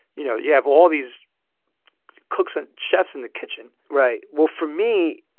you know, you have all these cooks and chefs in the kitchen right. well, for me,